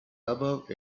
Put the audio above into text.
above